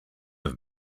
have